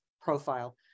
profile